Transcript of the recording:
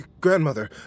Grandmother